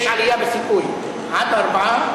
יש עלייה בסיכוי עד ארבעה,